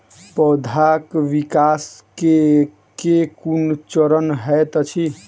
पौधाक विकास केँ केँ कुन चरण हएत अछि?